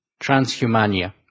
transhumania